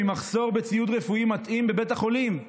ממחסור בציוד רפואי מתאים בבית החולים,